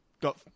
got